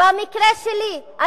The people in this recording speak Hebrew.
במקרה שלי,